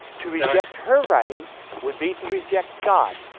to reject her writings would be to reject god,